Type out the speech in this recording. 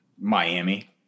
Miami